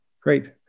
Great